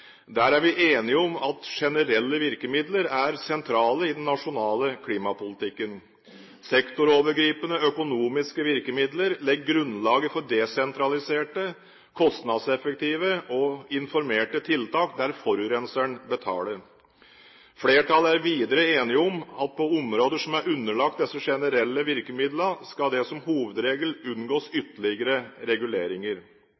Der er vi enige om at generelle virkemidler er sentrale i den nasjonale klimapolitikken. Sektorovergripende økonomiske virkemidler legger grunnlaget for desentraliserte, kostnadseffektive og informerte tiltak, der forurenseren betaler. Flertallet er videre enig om at på områder som er underlagt disse generelle virkemidlene, skal det som hovedregel unngås